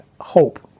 hope